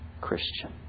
Christian